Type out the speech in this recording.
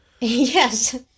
Yes